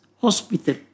hospital